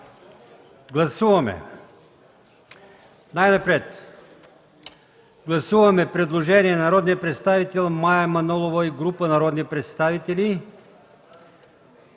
Гласуваме предложение на народния представител Мая Манолова и група народни представители,